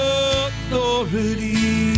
authority